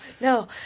No